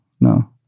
no